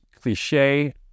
cliche